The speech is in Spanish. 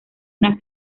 una